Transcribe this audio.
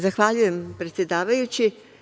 Zahvaljujem predsedavajući.